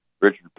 Richard